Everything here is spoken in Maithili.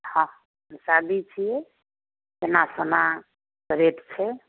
हँ शादी छी केना सोना रेट छै